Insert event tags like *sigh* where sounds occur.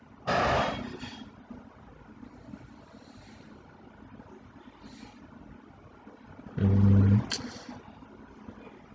mm *noise*